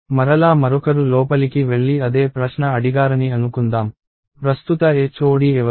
మరలా మరొకరు లోపలికి వెళ్లి అదే ప్రశ్న అడిగారని అనుకుందాం ప్రస్తుత HOD ఎవరు